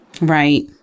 Right